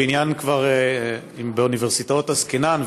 אם באוניברסיטאות עסקינן,